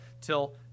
till